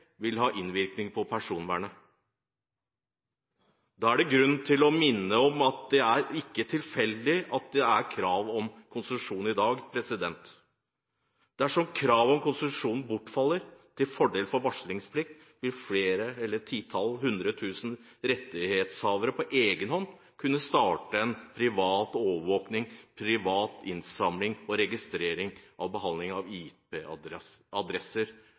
vil ha innvirkning for personvern. Det er grunn til å minne om at det ikke er tilfeldig at det er krav om konsesjon i dag. Dersom kravet om konsesjon bortfaller til fordel for en varslingsplikt vil flere ti- eller hundretusen rettighetshavere på egenhånd kunne starte innsamling, registrering og behandling av